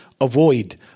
avoid